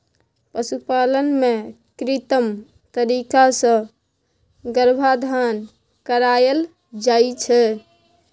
पशुपालन मे कृत्रिम तरीका सँ गर्भाधान कराएल जाइ छै